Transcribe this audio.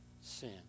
sin